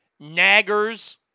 Naggers